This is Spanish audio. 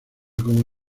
como